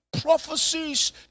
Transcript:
prophecies